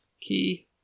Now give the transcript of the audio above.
Key